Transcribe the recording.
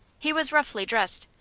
he was roughly dressed.